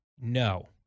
no